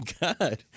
god